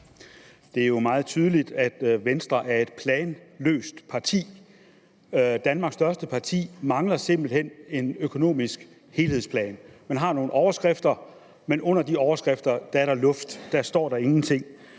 Det er jo meget tydeligt, at Venstre er et planløst parti. Danmarks største parti mangler simpelt hen en økonomisk helhedsplan. Man har nogle overskrifter, men under de overskrifter er der luft; der står der ingenting.